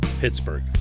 Pittsburgh